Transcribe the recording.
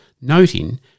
noting